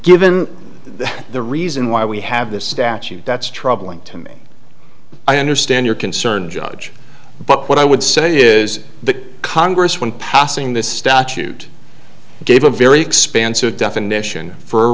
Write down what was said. given the reason why we have this statute that's troubling to me i understand your concern judge but what i would say that is that congress when passing this statute gave a very expansive definition for